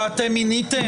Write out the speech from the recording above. שאתם מיניתם.